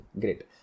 great